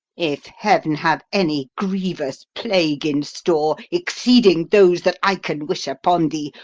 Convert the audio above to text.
if heaven have any grievous plague in store exceeding those that i can wish upon thee,